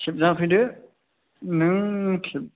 खेबजाफैदो नों खेब